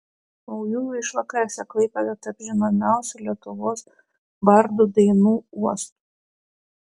naujųjų išvakarėse klaipėda taps žinomiausių lietuvos bardų dainų uostu